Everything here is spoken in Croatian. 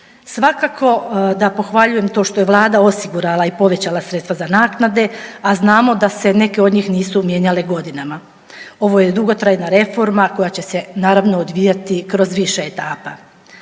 Svakako da pohvaljujem to što je vlada osigurala i povećala sredstva za naknade, a znamo da se neke od njih nisu mijenjale godinama. Ovo je dugotrajna reforma koja će se naravno odvijati kroz više etapa.